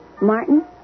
Martin